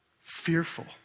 fearful